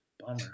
bummer